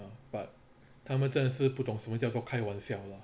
but 他们真的是不懂什么叫做开玩笑 lah